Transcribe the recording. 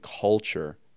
culture